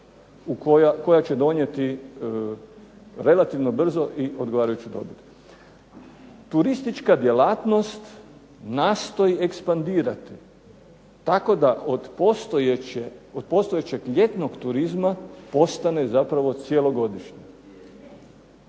koja će donijeti relativno brzo i odgovarajuću dobit. Turistička djelatnost nastoji ekspandirati tako da od postojećeg ljetnog turizma, postane zapravo cjelogodišnji.